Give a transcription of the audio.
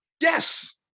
Yes